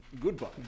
Goodbye